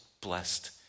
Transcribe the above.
blessed